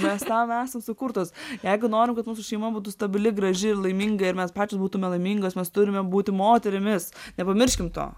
mes tam esam sukurtos jeigu norim kad mūsų šeima būtų stabili graži ir laiminga ir mes pačios būtume laimingos mes turime būti moterimis nepamirškim to